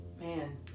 man